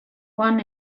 joan